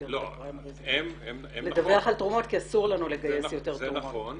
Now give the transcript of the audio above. במסגרת הפריימריז לדווח על תרומות כי אסור לנו לגייס יותר תרומות.